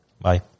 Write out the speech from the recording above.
Bye